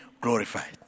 glorified